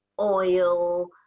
oil